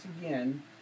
again